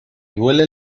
duele